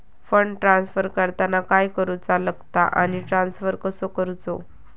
Fund transfer करताना काय करुचा लगता आनी ट्रान्स्फर कसो करूचो?